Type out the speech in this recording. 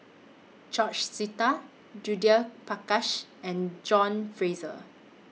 George Sita Judith Prakash and John Fraser